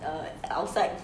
err outside